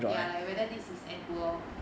ya whether this is an engrow lor